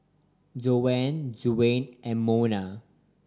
Dionne Dwaine and Monna